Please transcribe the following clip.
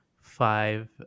five